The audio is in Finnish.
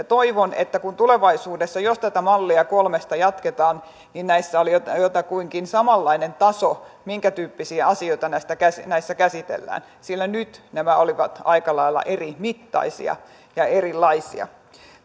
toivon että tulevaisuudessa jos tätä mallia kolmesta jatketaan näissä olisi jotakuinkin samanlainen taso minkä tyyppisiä asioita näissä käsitellään sillä nyt nämä olivat aika lailla erimittaisia ja erilaisia